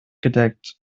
gedeckt